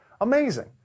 Amazing